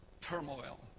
turmoil